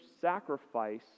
sacrifice